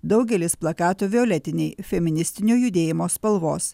daugelis plakatų violetiniai feministinio judėjimo spalvos